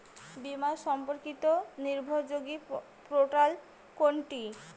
বীমা সম্পর্কিত নির্ভরযোগ্য পোর্টাল কোনটি?